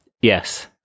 Yes